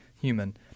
human